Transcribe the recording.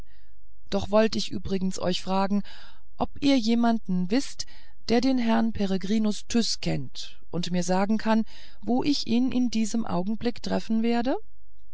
doch wollt ich übrigens euch fragen ob ihr jemanden wißt der den herrn peregrinus tyß kennt und mir sagen kann wo ich ihn in diesem augenblick treffen werde